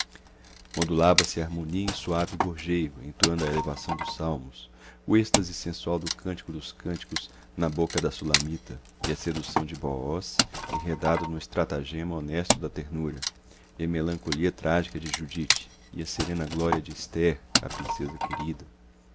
modulava se a harmonia em suave gorjeio entoando a elevação dos salmos o êxtase sensual do cântico dos cânticos na boca da sulamita e a sedução de booz enredado no estratagema honesto da ternura e a melancolia trágica de judite e a serena glória de ester a princesa querida